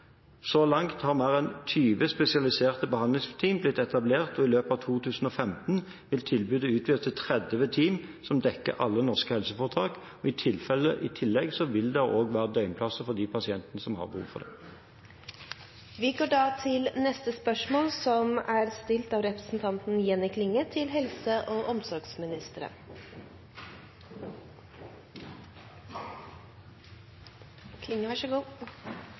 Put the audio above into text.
Så langt har mer enn 20 spesialiserte behandlingsteam blitt etablert, og i løpet av 2015 blir tilbudet utvidet til 30 team som dekker alle norske helseforetak. I tillegg vil det også være døgnplasser for de pasientene som har behov for det. «Det har oppstått uro kring prosessen for eit nytt felles sjukehus på Nordmøre og